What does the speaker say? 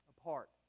apart